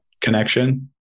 connection